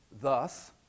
Thus